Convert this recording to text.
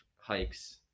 hikes